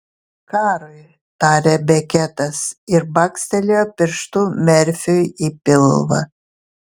karui tarė beketas ir bakstelėjo pirštu merfiui į pilvą